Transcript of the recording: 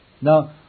Now